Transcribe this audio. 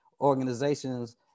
organizations